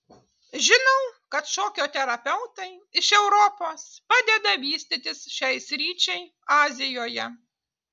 žinau kad šokio terapeutai iš europos padeda vystytis šiai sričiai azijoje